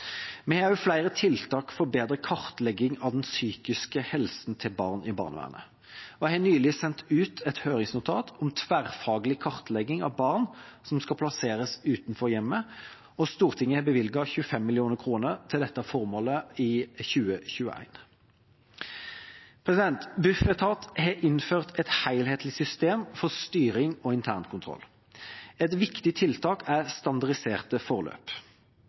Vi har også flere tiltak for bedre kartlegging av den psykiske helsen til barn i barnevernet. Jeg har nylig sendt ut et høringsnotat om tverrfaglig kartlegging av barn som skal plasseres utenfor hjemmet, og Stortinget har bevilget 25 mill. kr til dette formålet i 2021. Bufetat har innført et helhetlig system for styring og internkontroll. Et viktig tiltak er standardiserte forløp.